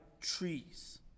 trees